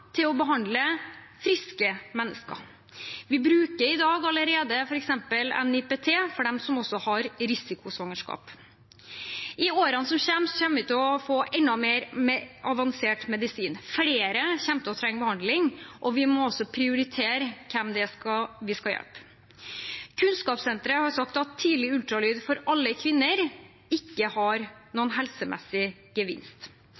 til å behandle friske mennesker. Vi bruker i dag allerede f.eks. NIPT for dem som har risikosvangerskap. I årene som kommer, kommer vi til å få enda mer avansert medisin. Flere kommer til å trenge behandling, og vi må også prioritere hvem vi skal hjelpe. Kunnskapssenteret har sagt at tidlig ultralyd for alle kvinner ikke har noen helsemessig gevinst.